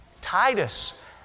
Titus